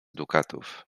dukatów